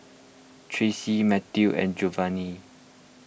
Tracey Matthew and Jovanny